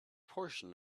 portion